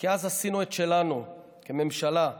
כי אז עשינו את שלנו" כממשלה,